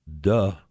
Duh